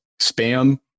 Spam